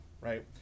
right